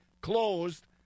closed